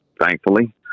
thankfully